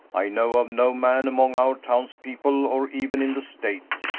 i know of no man among our townspeople, or even in the state,